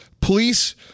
police